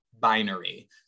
binary